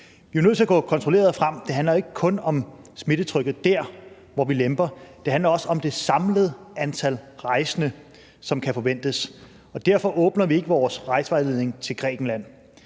Vi er nødt til at gå kontrolleret frem. Det handler ikke kun om smittetrykket der, hvor vi lemper; det handler også om det samlede antal rejsende, som kan forventes. Derfor åbner vi ikke vores rejsevejledning til Grækenland.